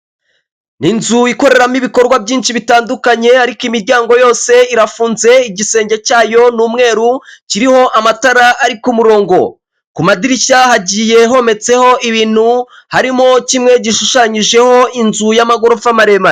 Ni inzu ikoreramo ibikorwa byinshi bitandukanye ariko imiryango yose irafunze igisenge cyayo ni umweru kiriho amatara ari ku murongo, ku madirishya hagiye hometseho ibintu harimo kimwe gishushanyijeho inzu y'amagorofa maremare.